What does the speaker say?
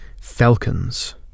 Falcons